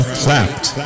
clapped